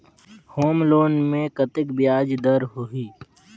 Home loan मे कतेक ब्याज दर होही?